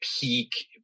peak